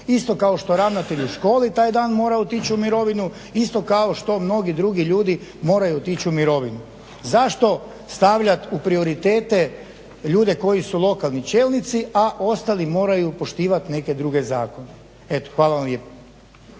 isto kao što ravnatelj u školi taj dan mora otići u mirovinu, isto kao što mnogi drugi ljudi moraju otić u mirovinu. Zašto stavljati u prioritete ljude koji su lokalni čelnici, a ostali moraju poštivati neke druge zakone. Eto hvala vam lijepa.